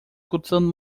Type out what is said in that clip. cortando